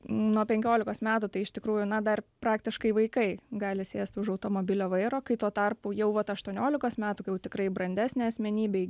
nuo penkiolikos metų tai iš tikrųjų na dar praktiškai vaikai gali sėst už automobilio vairo kai tuo tarpu jau vat aštuoniolikos metų kai jau tikrai brandesnė asmenybei